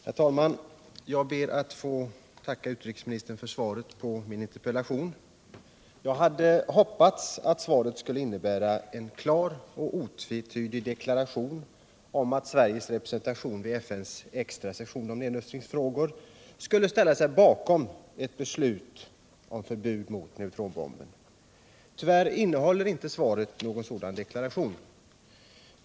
Herr talman! Jag ber att få tacka utrikesministern för svaret på min interpellation. Jag hade hoppats att svaret skulle innebära en klar och otvetydig deklaration om att Sveriges representation vid FN:s extra session i nedrustningsfrågor skulle ställa sig bakom ett beslut om förbud mot neutronbomben. Tyvärr innehåller dock inte svaret någon sådan deklaration.